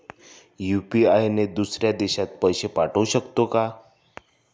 UPI ने दुसऱ्या देशात पैसे पाठवू शकतो का?